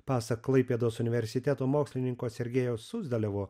pasak klaipėdos universiteto mokslininko sergejaus suzdaliavo